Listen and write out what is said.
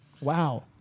Wow